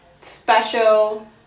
special